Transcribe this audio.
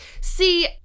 See